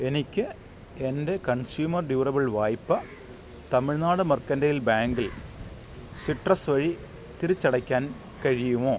എനിക്ക് എൻ്റെ consumer durable വായ്പ തമിഴ്നാട് മെർക്കൻ്റൈൽ ബാങ്കിൽ സിട്രസ് വഴി തിരിച്ചടയ്ക്കാൻ കഴിയുമോ